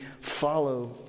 follow